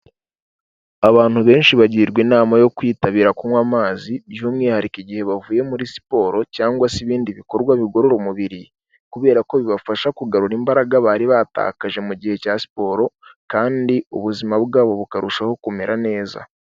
Abantu benshi bagirwa inama yo kwitabira kunywa amazi, by'umwihariko igihe bavuye muri siporo, cyangwa se ibindi bikorwa bigorora umubiri, kubera ko bibafasha kugarura imbaraga bari batakaje mu gihe cya siporo, kandi ubuzima bwabo bukarushaho kumera neza.